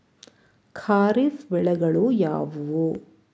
ಖಾರಿಫ್ ಬೆಳೆಗಳು ಯಾವುವು?